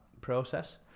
process